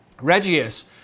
Regius